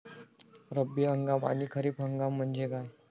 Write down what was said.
रब्बी हंगाम आणि खरीप हंगाम म्हणजे काय?